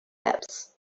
apps